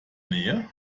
nähe